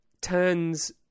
turns